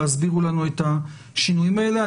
ותסבירו לנו את השינויים האלה.